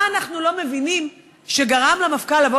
מה אנחנו לא מבינים שגרם למפכ"ל לבוא